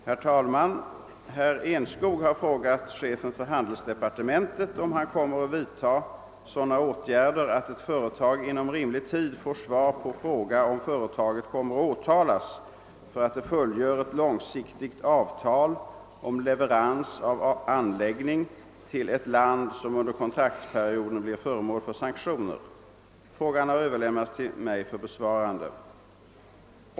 Herr talman! Herr Enskog har frågat chefen för handelsdepartementet om hån kommer att vidta sådana åtgärder att ett företag inom rimlig tid får svar på fråga om företaget kommer att åtalas för: att det fullgör ett långsiktigt avtal om leverans av anläggning till ett land, som under kontraktsperioden blir föremål för sanktioner. Frågan har överlämnats till mig för besvarande.